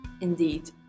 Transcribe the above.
Indeed